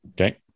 Okay